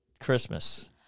Christmas